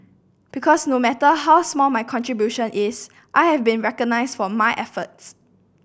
because no matter how small my contribution is I have been recognised for my efforts